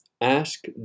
ask